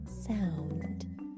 sound